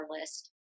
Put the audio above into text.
list